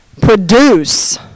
produce